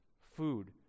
food